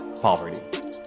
poverty